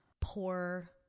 poor